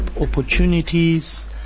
opportunities